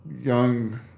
young